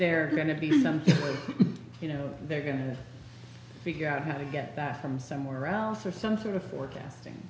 they're going to be something you know they're going to figure out how to get that from somewhere else or some sort of forecasting